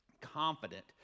confident